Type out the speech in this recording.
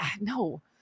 no